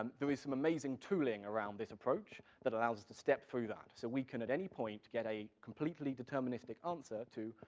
um there is some amazing tooling around this approach, that allows us to step through that, so we can at any point get a completely deterministic answer to,